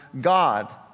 God